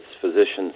physicians